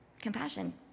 Compassion